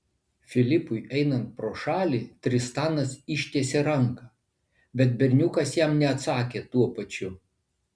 filipui einant pro šalį tristanas ištiesė ranką bet berniukas jam neatsakė tuo pačiu